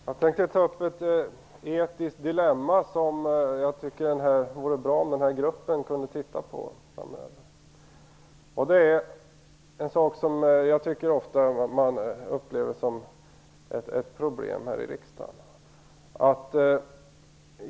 Herr talman! Jag tänkte ta upp ett etiskt dilemma - en fråga som jag tycker att det vore bra om den aktuella gruppen framöver kunde titta på. Det gäller en sak som jag tycker ofta upplevs som ett problem här i riksdagen.